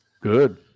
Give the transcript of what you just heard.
Good